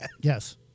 Yes